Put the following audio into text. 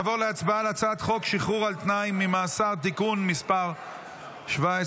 נעבור להצבעה על הצעת חוק שחרור על תנאי ממאסר (תיקון מס' 17,